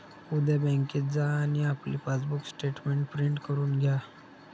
उद्या बँकेत जा आणि आपले पासबुक स्टेटमेंट प्रिंट करून घ्या